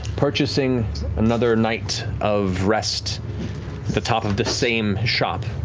purchasing another night of rest at the top of the same shop.